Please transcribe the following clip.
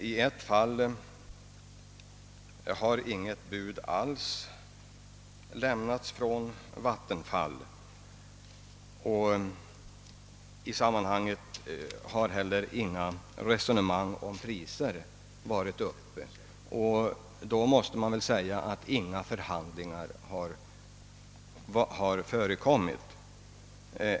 I ett fall har inget bud alls lämnats av verket. I sammanhanget har heller inga resonemang om priser förts. Under sådana förhållanden måste man väl säga att inga förhandlingar har förekommit.